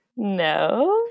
No